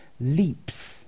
leaps